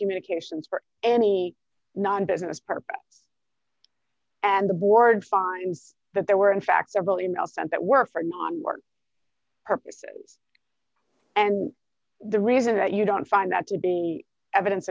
communications for any non business purpose and the board finds that there were in fact several e mails sent that were for non work purposes and the reason that you don't find that to be evidence